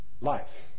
life